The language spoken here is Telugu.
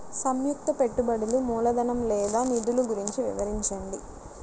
సంయుక్త పెట్టుబడులు మూలధనం లేదా నిధులు గురించి వివరించండి?